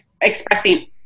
expressing